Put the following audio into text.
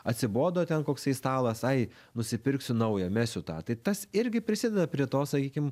atsibodo ten koksai stalas ai nusipirksiu naują mesiu tą tai tas irgi prisideda prie to sakykim